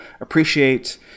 appreciate